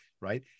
Right